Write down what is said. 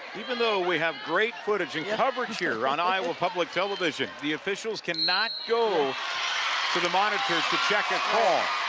even though we have great footage and coverage here on iowa public television, the officials cannot go to the monitors to check. and